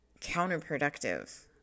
counterproductive